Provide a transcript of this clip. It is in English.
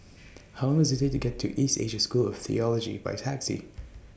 How Long Does IT Take to get to East Asia School of Theology By Taxi